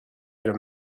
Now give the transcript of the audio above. could